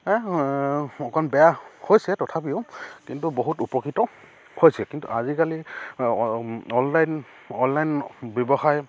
অকণ বেয়া হৈছে তথাপিও কিন্তু বহুত উপকৃতও হৈছে কিন্তু আজিকালি অনলাইন অনলাইন ব্যৱসায়